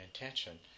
intention